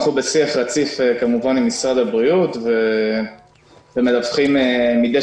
אנחנו בשיח רציף כמובן עם משרד הבריאות ומדווחים מידי